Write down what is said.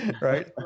right